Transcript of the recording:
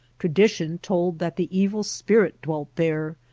tradition told that the evil spirit dwelt there,